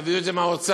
תביאו את זה מהאוצר.